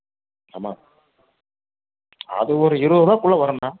ஆமாம் அது ஒரு இருபதுருவாக்குள்ள வரும் அண்ணா